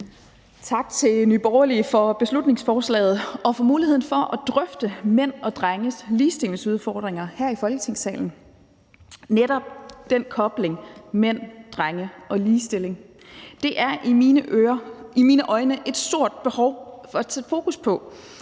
tak til Nye Borgerlige for beslutningsforslaget og for muligheden for at drøfte mænd og drenges ligestillingsudfordringer her i Folketingssalen. Netop den kobling mellem mænd og drenge og ligestilling er der i mine øjne et stort behov for at sætte fokus på.